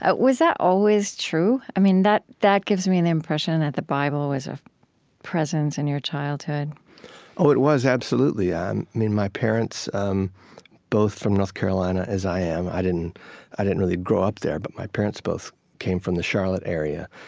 ah was that always true? i mean, that that gives me the impression that the bible was a presence in your childhood oh, it was absolutely. my parents um both from north carolina, as i am. i didn't i didn't really grow up there, but my parents both came from the charlotte area.